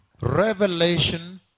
Revelation